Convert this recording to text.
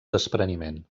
despreniment